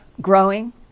growing